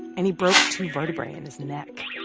and he broke two vertebrae in his neck.